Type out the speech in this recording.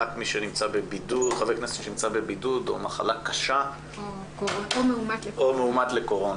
ח"כ שנמצא בבידוד או מחלה קשה או מאומת לקורונה,